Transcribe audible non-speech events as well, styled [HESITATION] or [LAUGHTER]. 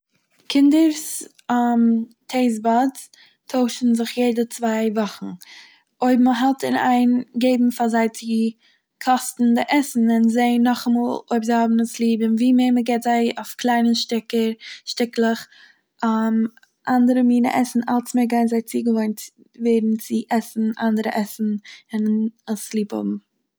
קינדערס [HESITATION] טעיסט באדס טוישן זיך יעדע צוויי וואכן, אויב מ'האלט אין איין געבן פאר זיי צו קאסטן די עסן און זען נאכאמאל אויב זיי האבן עס ליב און ווי מער מ'געבט זיי עסן אויף קליינע שטיקער- שטיקלעך [HESITATION] אנדערע מינע עסן אלץ מער גייען זיי צוגעוואוינען ווערן צו עסן אנדערע עסן און עס ליב האבן.